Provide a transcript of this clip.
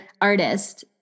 artist